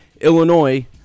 Illinois